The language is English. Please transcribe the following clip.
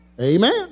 Amen